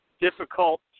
difficult